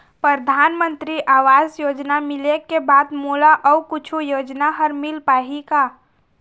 परधानमंतरी आवास योजना मिले के बाद मोला अऊ कुछू योजना हर मिल पाही का?